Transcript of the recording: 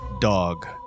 Dog